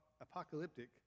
apocalyptic